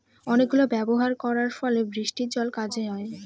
অনেক গুলো ব্যবস্থা করার ফলে বৃষ্টির জলে কাজ হয়